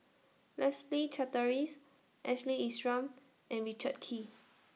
Leslie Charteris Ashley Isham and Richard Kee